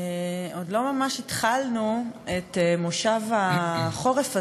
עוד לא ממש התחלנו את מושב החורף הזה,